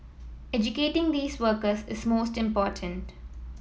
educating these workers is most important